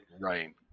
Right